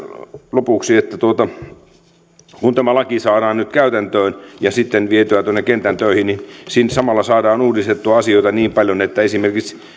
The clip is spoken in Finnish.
lopuksi että kun tämä laki saadaan nyt käytäntöön ja sitten vietyä tuonne kentän töihin niin siinä samalla saadaan uudistettua asioita niin paljon että esimerkiksi